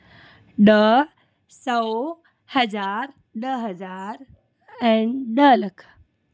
ॾह सौ हज़ार ॾह हज़ार ऐं ॾह लख